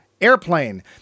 Airplane